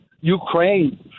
Ukraine